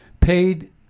paid